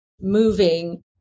moving